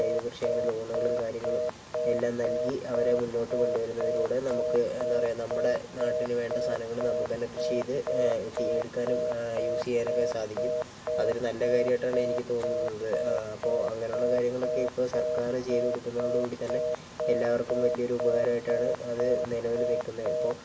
ജൈവ കൃഷിക്ക് അങ്ങനെ ലോണ് കാര്യങ്ങളും എല്ലാം നൽകി അവരെ മുന്നോട്ട് കൊണ്ട് വരുന്നതിലൂടെ നമുക്ക് എന്താ പറയുക നമ്മുടെ നാട്ടിന് വേണ്ട സാധനങ്ങള് നമുക്ക് തന്നെ കൃഷി ചെയ്തു എടുക്കാനും യൂസ് ചെയ്യാനും ഒക്കെ സാധിക്കും അത് ഒരു നല്ല കാര്യം ആയിട്ട് ആണ് എനിക്ക് തോന്നുന്നത് അപ്പോൾ അങ്ങനെ ഉള്ള കാര്യങ്ങൾ ഒക്കെ ഇപ്പോൾ സർക്കാറ് ചെയ്തു കൊടുക്കുന്നതോട് കുടി തന്നെ എല്ലാവർക്കും വലിയ ഒരു ഉപകാരം ആയിട്ട് ആണ് അത് നിലവില് നിൽകുന്നത് ഇപ്പോൾ